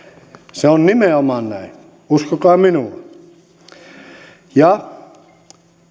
se on nimenomaan näin uskokaa minua ja